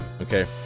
okay